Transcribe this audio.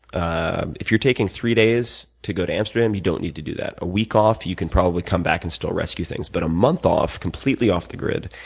ah if you're taking three days to go to amsterdam, you don't need to do that a week off, you can probably come back and still rescue things. but a month off completely off the grid